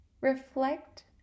reflect